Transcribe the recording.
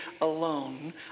alone